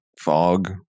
fog